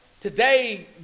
Today